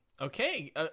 Okay